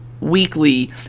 weekly